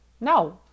No